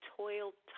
toiled